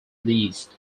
released